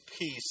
peace